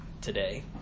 today